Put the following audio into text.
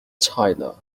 tyler